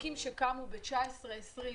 עסקים שקמו ב-2019, 2020,